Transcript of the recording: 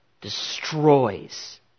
destroys